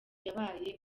yabaye